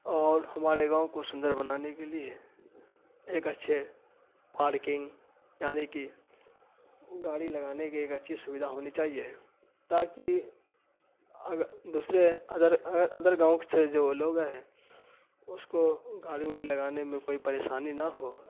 اور ہمارے گاؤں کو سندر بنانے کے لیے ایک اچھے پارکنگ یعنی کہ گاڑی لگانے کے ایک اچھی سویدھا ہونی چاہیے تاکہ دوسرے ادر ادر گاؤں سے جو لوگ ہیں اس کو گاڑی وڑی لگانے میں کوئی پریشانی نہ ہو